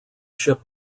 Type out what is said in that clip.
ship